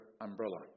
umbrella